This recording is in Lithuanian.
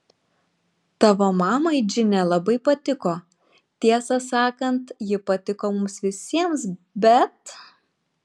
tavo mamai džine labai patiko tiesą sakant ji patiko mums visiems bet